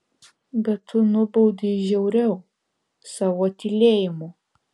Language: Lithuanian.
bet tu nubaudei žiauriau savo tylėjimu